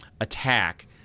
attack